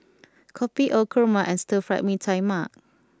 Kopi O Kurma and Stir Fried Mee Tai Mak